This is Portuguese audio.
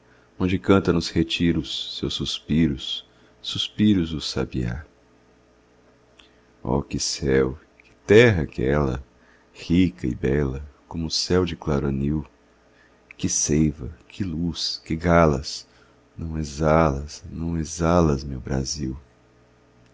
onde canta nos retiros seus suspiros suspiros o sabiá oh que céu que terra aquela rica e bela como o céu de claro anil que seiva que luz que galas não exalas não exalas meu brasil